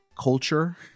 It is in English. culture